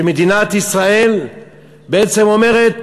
שמדינת ישראל בעצם אומרת: